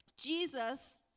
Jesus